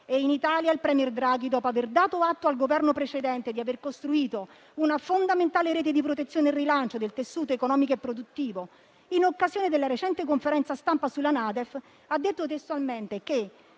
In Italia il *premier* Draghi, dopo aver dato atto al Governo precedente di aver costruito una fondamentale rete di protezione e rilancio del tessuto economico e produttivo, in occasione della recente conferenza stampa sulla NADEF ha detto testualmente che